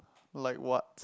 like what